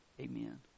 Amen